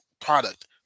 product